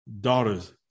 daughters